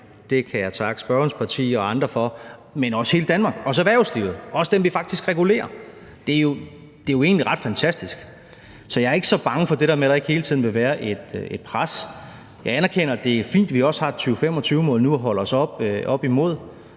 det kan jeg takke spørgerens og andre partier for, men også hele Danmark og også erhvervslivet – også dem, som vi faktisk regulerer. Det er jo egentlig ret fantastisk. Så jeg er ikke så bange for det der med, at der ikke hele tiden vil være et pres. Jeg anerkender, at det er fint, at vi nu også har et 2025-mål at holde os op imod.